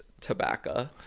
tobacco